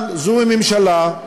אבל זוהי ממשלה,